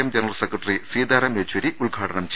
M general secretary Sitaram Yechury ഉദ്ഘാടനം ചെയ്യും